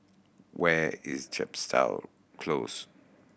where is Chepstow Close